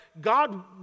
God